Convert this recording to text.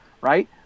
right